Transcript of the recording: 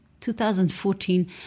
2014